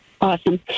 Awesome